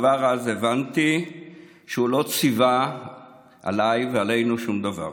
כבר אז הבנתי שהוא לא ציווה עליי ועלינו שום דבר.